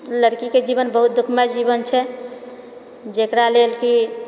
लड़कीके जीवन बहुत दुःखमय जीवन छै जेकरा लेल कि